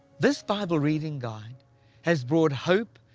this bible reading guide has brought hope,